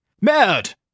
Mad